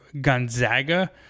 Gonzaga